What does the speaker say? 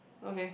okay